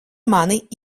mani